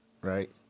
right